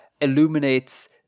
illuminates